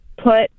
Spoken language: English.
put